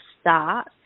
start